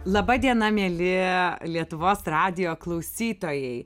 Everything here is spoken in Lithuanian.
laba diena mieli lietuvos radijo klausytojai